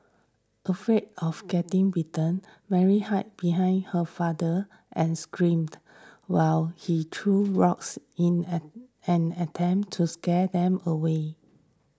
afraid of getting bitten Mary hid behind her father and screamed while he threw rocks in an an attempt to scare them away